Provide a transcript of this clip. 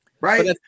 Right